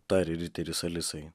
tarė riteris alisai